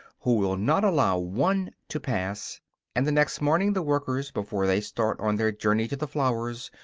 who will not allow one to pass and, the next morning, the workers, before they start on their journey to the flowers,